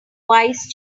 wise